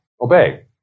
obey